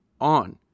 on